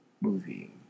movie